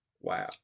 Wow